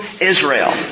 Israel